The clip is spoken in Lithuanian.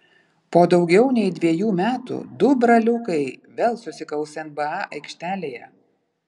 po daugiau nei dviejų metų du braliukai vėl susikaus nba aikštelėje